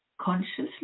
consciously